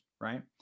right